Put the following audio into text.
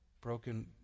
broken